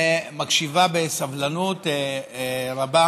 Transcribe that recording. ומקשיבה בסבלנות רבה